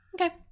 Okay